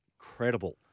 incredible